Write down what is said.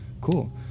Cool